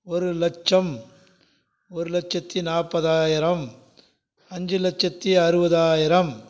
ஒரு லட்சம் ஒரு லட்சத்து நாற்பதாயிரம் அஞ்சு லட்சத்து அறுபதாயிரம்